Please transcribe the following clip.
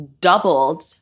doubled